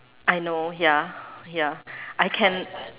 I know ya ya I can